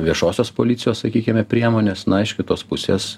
viešosios policijos sakykime priemonės na iš kitos pusės